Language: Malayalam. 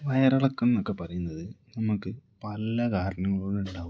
വയറളക്കം എന്നൊക്കെ പറയുന്നത് നമുക്ക് പല കാരണങ്ങളും ഉണ്ടാവും